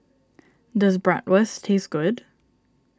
does Bratwurst taste good